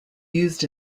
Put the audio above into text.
used